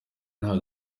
nta